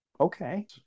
Okay